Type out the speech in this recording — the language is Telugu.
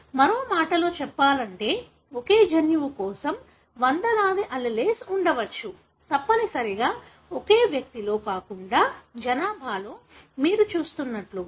మరో మాటలో చెప్పాలంటే ఒకే జన్యువు కోసం వందలాది alleles ఉండవచ్చు తప్పనిసరిగా ఒకే వ్యక్తిలో కాకుండా జనాభాలో మీరు చూస్తున్నట్లుగా